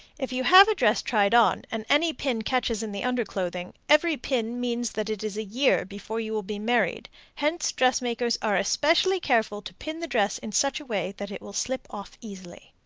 if you have a dress tried on, and any pin catches in the underclothing, every pin means that it is a year before you will be married hence dressmakers are especially careful to pin the dress in such a way that it will slip off easily.